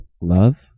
love